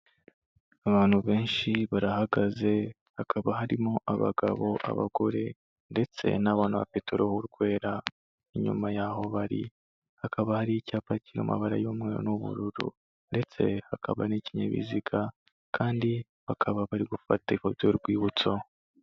Abantu benshi barahagaze, hakaba harimo abagabo n'abagore ndetse n'abona bafite uruhu rwera, inyuma y'aho bari hakaba hari icyapa kiri mu mabara y'umweru n'ubururu ndetse hakaba n'ikinyabiziga kandi bakaba bari gufata ifoto y'urwibutso.